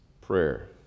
Prayer